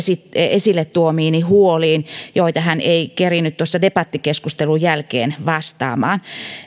esille tuomiini huoliin joihin hän ei kerinnyt tuossa debattikeskustelun jälkeen vastaamaan